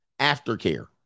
Aftercare